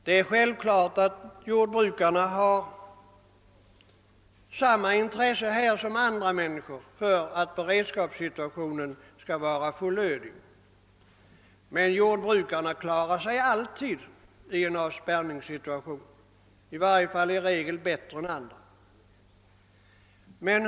Det är självklart att jordbrukarna har samma intresse som andra människor för att beredskapen skall vara fullödig, men jordbrukarna klarar sig i regel bättre än andra i en avspärrningssituation.